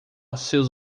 seus